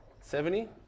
Seventy